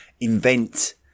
invent